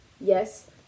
Yes